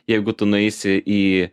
jeigu tu nueisi į